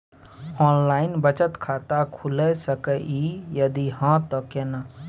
Online बचत खाता खुलै सकै इ, यदि हाँ त केना?